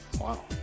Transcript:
Wow